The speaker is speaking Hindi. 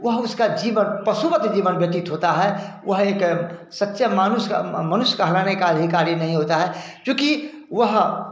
वह उसका जीवन पशुवत जीवन व्यतीत होता है वह एक सच्चे मानुष का मनुष्य कहलाने का अधिकारी नहीं होता है क्योंकि वह